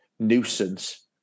nuisance